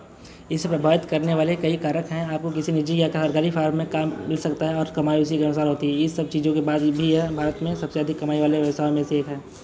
इसे प्रभावित करने वाले कई कारक हैं आपको किसी निजी या कहरगारी फार्म में काम मिल सकता है और कमाई उसी के अनुसार होती है इस सब चीज़ों के बाद भी यह भारत में सबसे अधिक कमाई वाले व्यवसायों में से एक है